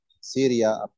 Syria